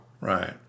Right